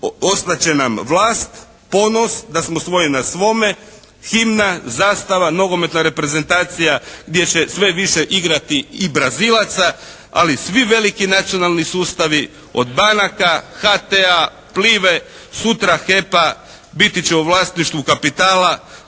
Ostat će nam vlast, ponos, da smo svojih na svome, himna, zastava, nogometna reprezentacija gdje će sve više igrati i Brazilaca ali svi veliki nacionalni sustavi od banaka, HT-a, Plive, sutra HEP-a biti će u vlasništvu kapitala